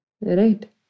Right